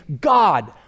God